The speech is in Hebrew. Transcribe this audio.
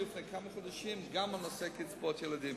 לפני כמה חודשים גם בנושא קצבאות הילדים.